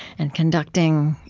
and conducting,